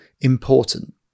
important